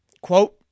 quote